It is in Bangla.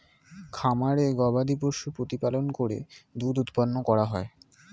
খামারে গবাদিপশু প্রতিপালন করে দুধ উৎপন্ন করা হয়